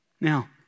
Now